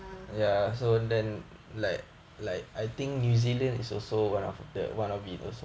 ya